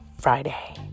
friday